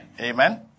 Amen